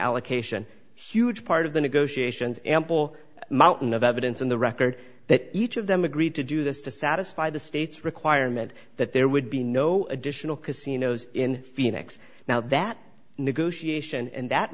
allocation huge part of the negotiations ample mountain of evidence on the record that each of them agreed to do this to satisfy the state's requirement that there would be no additional casinos in phoenix now that negotiation and that